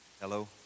Hello